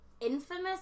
infamous